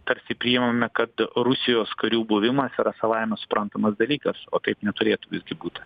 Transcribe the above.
tarsi priimame kad rusijos karių buvimas yra savaime suprantamas dalykas o taip neturėtų visgi būt